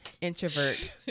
introvert